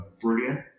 brilliant